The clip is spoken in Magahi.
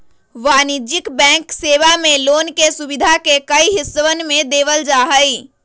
वाणिज्यिक बैंक सेवा मे लोन के सुविधा के कई हिस्सवन में देवल जाहई